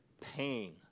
pain